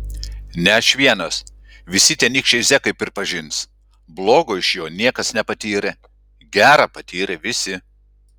ne aš vienas visi tenykščiai zekai pripažins blogo iš jo niekas nepatyrė gera patyrė visi